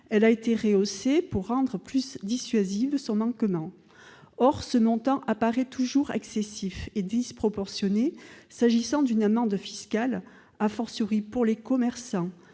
Elle a été rehaussée pour rendre plus dissuasif son manquement. Or ce montant apparaît toujours excessif et disproportionné s'agissant d'une amende fiscale, pour les commerçants